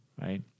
right